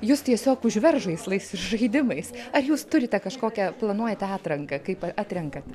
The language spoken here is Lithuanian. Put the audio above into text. jūs tiesiog užvers žaislais ir žaidimais ar jūs turite kažkokią planuojate atranką kaip atrenkate